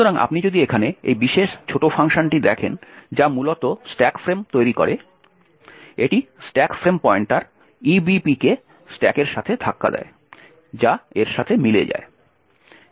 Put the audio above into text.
সুতরাং আপনি যদি এখানে এই বিশেষ ছোট ফাংশনটি দেখেন যা মূলত স্ট্যাক ফ্রেম তৈরি করে এটি স্ট্যাক ফ্রেম পয়েন্টার EBP কে স্ট্যাকের সাথে ধাক্কা দেয় যা এর সাথে মিলে যায়